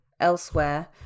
elsewhere